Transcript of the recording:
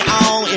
on